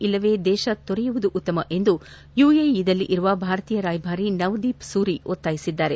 ಇಲ್ಲವೆ ದೇಶ ತೋರೆಯುವುದು ಉತ್ತಮ ಎಂದು ಯುಎಇನಲ್ಲಿ ಇರುವ ಭಾರತೀಯ ರಾಯಭಾರಿ ನವದೀಪ್ ಸೂರಿ ಒತ್ತಾಯಿಸಿದ್ದಾರೆ